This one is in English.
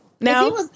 Now